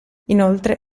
inoltre